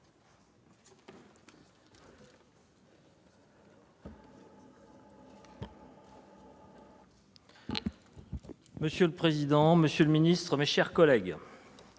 Monsieur le président, monsieur le ministre, mes chers collègues,